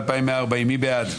מי בעד?